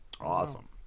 Awesome